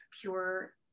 pure